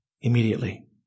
immediately